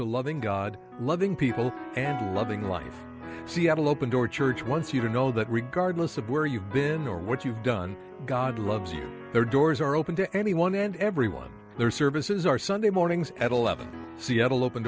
to loving god loving people and loving life seattle open door church once you know that regardless of where you've been or what you've done god loves their doors are open to anyone and everyone their services are sunday mornings at eleven seattle open